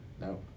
No